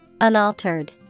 Unaltered